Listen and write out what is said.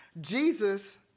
Jesus